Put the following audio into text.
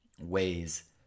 ways